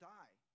die